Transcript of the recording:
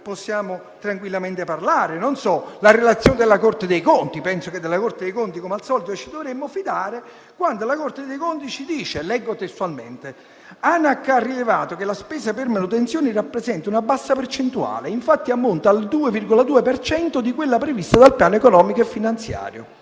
possiamo tranquillamente parlare, e cominciata dalla relazione della Corte dei conti. Penso che della Corte dei conti, come al solito, ci dovremmo fidare, quando ci dice (leggo testualmente): «Anac ha rilevato che la spesa per manutenzioni rappresenta una bassa percentuale. Infatti, ammonta al 2,2 per cento di quella prevista dal piano economico-finanziario».